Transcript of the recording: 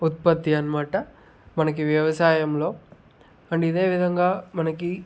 ఉత్పత్తి అనమాట మనకి వ్యవసాయంలో కాని ఇదేవిధంగా మనకి